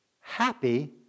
happy